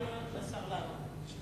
תן לשר לענות.